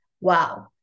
Wow